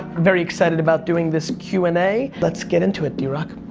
very excited about doing this q and a, let's get into it, d-rock.